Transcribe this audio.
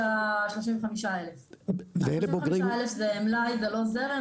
35,000 זה מלאי, זה לא זרם.